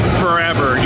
forever